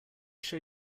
show